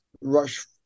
rush